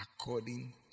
According